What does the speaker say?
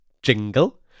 jingle